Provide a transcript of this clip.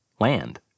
land